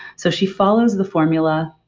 so, she follows the formula,